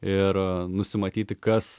ir nusimatyti kas